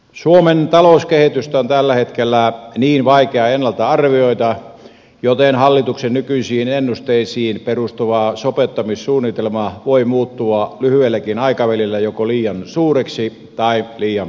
suomen talouskehitystä on tällä hetkellä hyvin vaikea ennalta arvioida joten hallituksen nykyisiin ennusteisiin perustuva sopeuttamissuunnitelma voi muuttua lyhyelläkin aikavälillä joko liian suureksi tai liian pieneksi